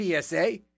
PSA